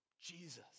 Jesus